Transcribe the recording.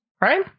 Right